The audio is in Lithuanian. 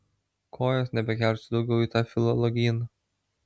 kojos nebekelsiu daugiau į tą filologyną